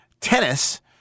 tennis –